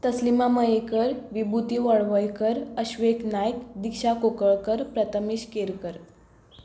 Taslima Mayenkar Vibhuti Valvaikar Ashwet Naik Disha Kunkalkar Pratamesh Kerkar